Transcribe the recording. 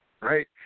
right